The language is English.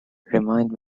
remind